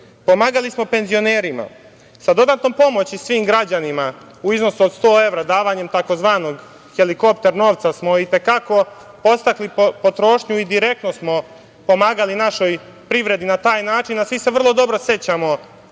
Pomagali smo penzionerima, dodatna pomoć svim građanima u iznosu od 100 evra, davanjem tzv. helikopter novca smo i te kako podstakli potrošnju i direktno smo pomagali našoj privredi na taj način, a svi se vrlo dobro sećamo